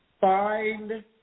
find